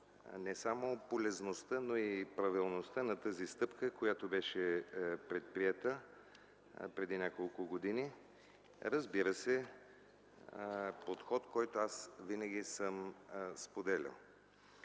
не само полезността, но и правилността на тази стъпка, която беше предприета преди няколко години, разбира се, подход, който винаги съм споделял.